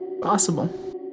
Possible